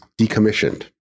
decommissioned